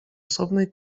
osobnej